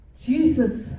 Jesus